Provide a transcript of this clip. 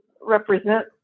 represent